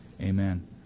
Amen